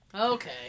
okay